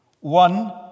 one